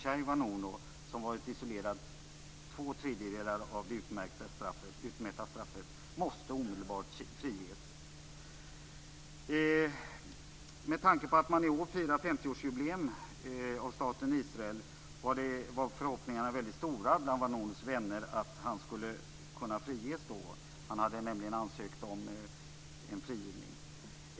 Mordechai Vanunu, som varit isolerad två tredjedelar av det utmätta straffet, måste omedelbart friges. Med tanke på att man i år firar 50-årsjubileum av staten Israel var förhoppningarna väldigt stora bland Vanunus vänner om att han skulle kunna friges. Han hade nämligen ansökt om en frigivning.